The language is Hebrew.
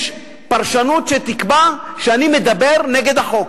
יש פרשנות שתקבע שאני מדבר נגד החוק.